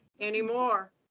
anymore